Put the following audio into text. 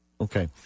Okay